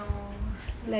no